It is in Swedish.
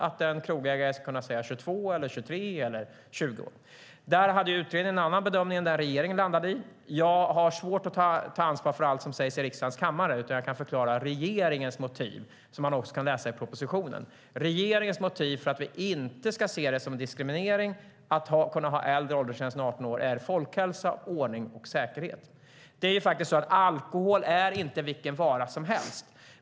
Ska en krogägare kunna sätta en åldersgräns på 20, 22 eller 23 år? Utredningen gjorde en annan bedömning än den regeringen landade i. Jag har svårt att ta ansvar för allt som sägs i riksdagens kammare, men jag kan förklara regeringens motiv, och det kan man också läsa i propositionen. Regeringens motiv för att vi inte ska se det som diskriminering att ha en äldre åldersgräns än 18 år är folkhälsa, ordning och säkerhet. Alkohol är inte vilken vara som helst.